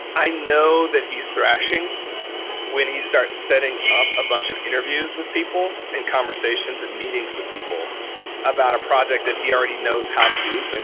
i know that he's thrashing when he starts setting up a bunch of interviews with people and conversations and meetings with people about a project that he already knows how to do. and